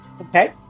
Okay